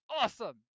awesome